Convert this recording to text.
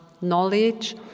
knowledge